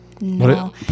No